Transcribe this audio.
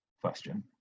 question